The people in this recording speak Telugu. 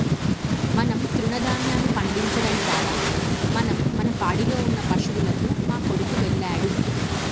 మనం తృణదాన్యాలు పండించడం ద్వారా మనం మన పాడిలో ఉన్న పశువులకు మా కొడుకు వెళ్ళాడు